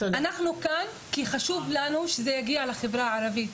אנחנו כאן כי חשוב לנו שזה יגיע לחברה הערבית.